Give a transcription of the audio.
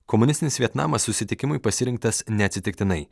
komunistinis vietnamas susitikimui pasirinktas neatsitiktinai